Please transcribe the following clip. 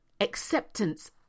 acceptance